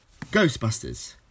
Ghostbusters